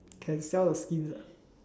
can sell the skins eh